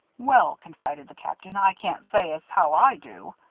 well, confided the captain, i can't say as how i do.